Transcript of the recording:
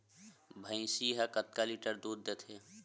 भंइसी हा कतका लीटर दूध देथे?